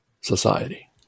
society